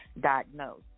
diagnosed